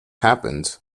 happened